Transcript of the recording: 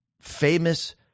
famous